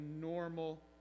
normal